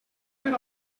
per